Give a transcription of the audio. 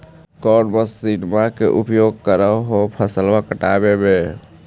कौन मसिंनमा के उपयोग कर हो फसलबा काटबे में?